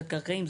תת קרקעיים,